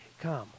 Come